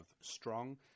strong